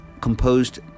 composed